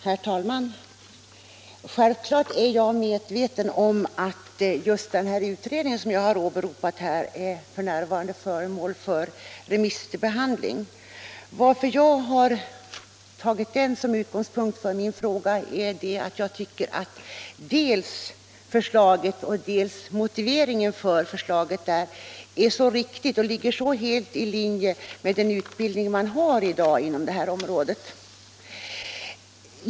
Herr talman! Självfallet är jag medveten om att den utredning som jag har åberopat f. n. är föremål för remissbehandling. Att jag har tagit den som utgångspunkt för min fråga beror på att jag tycker att förslaget och motiveringen för förslaget är så riktiga och ligger så helt i linje med den utbildning man har i dag inom detta område.